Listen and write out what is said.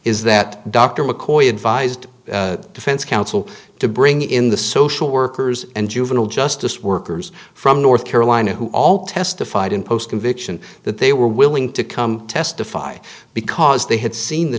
is that dr mccoy advised defense counsel to bring in the social workers and juvenile justice workers from north carolina who all testified in post conviction that they were willing to come testify because they had seen the